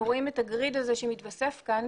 אנחנו רואים את ה-גריד הזה שמתווסף כאן,